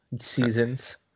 seasons